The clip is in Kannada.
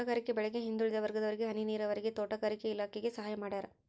ತೋಟಗಾರಿಕೆ ಬೆಳೆಗೆ ಹಿಂದುಳಿದ ವರ್ಗದವರಿಗೆ ಹನಿ ನೀರಾವರಿಗೆ ತೋಟಗಾರಿಕೆ ಇಲಾಖೆ ಸಹಾಯ ಮಾಡ್ಯಾರ